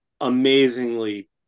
amazingly